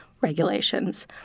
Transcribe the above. regulations